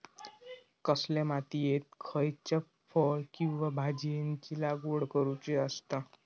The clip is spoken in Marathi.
कसल्या मातीयेत खयच्या फळ किंवा भाजीयेंची लागवड करुची असता?